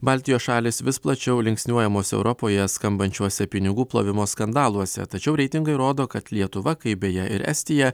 baltijos šalys vis plačiau linksniuojamos europoje skambančiuose pinigų plovimo skandaluose tačiau reitingai rodo kad lietuva kaip beje ir estija